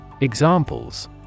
Examples